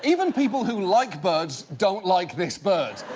even people who like birds don't like this bird.